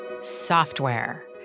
Software